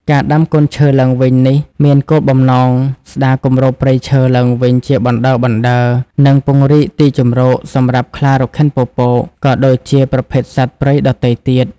ការដាំកូនឈើឡើងវិញនេះមានគោលបំណង ស្តារគម្របព្រៃឈើ ឡើងវិញជាបណ្តើរៗ និង ពង្រីកទីជម្រក សម្រាប់ខ្លារខិនពពក ក៏ដូចជាប្រភេទសត្វព្រៃដទៃទៀត។